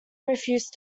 refused